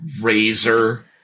Razor